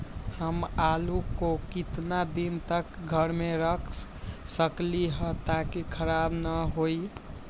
हम आलु को कितना दिन तक घर मे रख सकली ह ताकि खराब न होई?